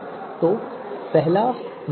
तो पहला मिनट है